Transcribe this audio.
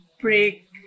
break